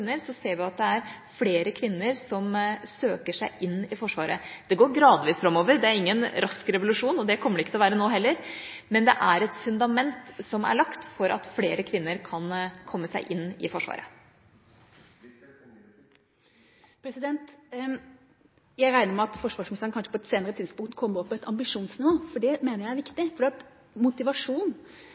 ser vi at det er flere kvinner som søker seg inn i Forsvaret. Det går gradvis framover, det er ingen rask revolusjon, og det kommer det ikke til å være nå heller, men det er et fundament som er lagt for at flere kvinner kan komme seg inn i Forsvaret. Jeg regner med at forsvarsministeren kanskje på et senere tidspunkt kommer opp på et ambisjonsnivå. Det mener jeg er viktig, for